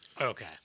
Okay